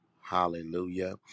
hallelujah